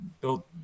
built